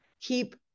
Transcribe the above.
Keep